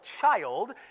child